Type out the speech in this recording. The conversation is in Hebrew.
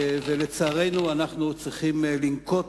ולצערנו אנחנו צריכים לנקוט